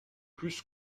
plus